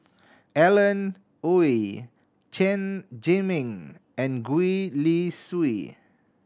Alan Oei Chen Zhiming and Gwee Li Sui